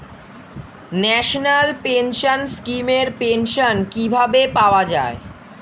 National pension scheme এর pension কিভাবে পাওয়া যায়?